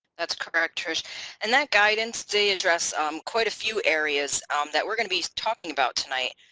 that's correct trish and that guidance they address ah um quite a few areas um that we're going to be talking about tonight.